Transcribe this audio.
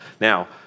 Now